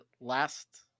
last